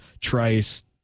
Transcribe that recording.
trice